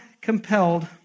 compelled